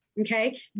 Okay